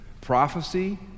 Prophecy